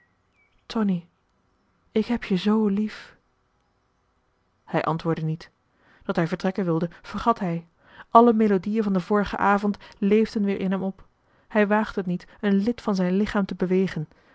tonie ik heb je zoo lief hij antwoordde niet dat hij vertrekken wilde vergat hij alle melodiëen van den vorigen avond leefden weer in hem op hij waagde t niet een lid van zijn lichaam te bewegen